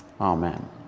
Amen